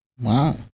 Wow